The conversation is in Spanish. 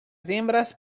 hembras